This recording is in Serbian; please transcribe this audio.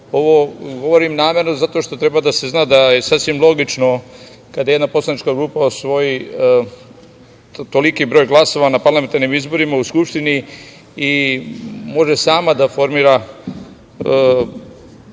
govorim namerno zato što treba da se zna da je sasvim logično kada jedna poslanička grupa osvoji toliki broj glasova na parlamentarnim izborima u Skupštini i predstavlja